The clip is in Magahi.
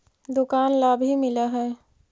दुकान ला भी मिलहै?